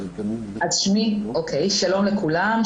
שלום לכולם,